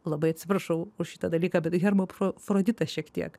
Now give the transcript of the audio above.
labai atsiprašau už šitą dalyką bet hermafroditas šiek tiek